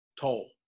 toll